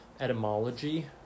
etymology